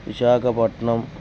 Visakhapatnam